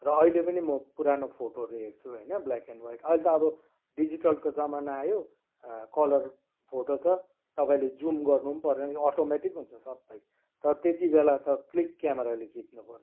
र अहिले पनि म पुरानो फोटोहरू हेर्छु होइन ब्ल्याक एन्ड ह्वाइट अहिले त अब डिजिटलको जमाना आयो कलर फोटो छ तपाईँले जुम गर्नु पनि परेन यो अटोमेटिक हुन्छ सबै र त्यति बेला त क्लिक क्यामराले खिच्नुपर्थ्यो